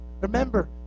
Remember